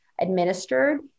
administered